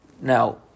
Now